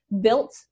built